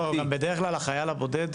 גם בדרך כלל החייל הבודד,